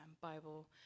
Bible